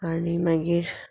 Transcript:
आणी मागीर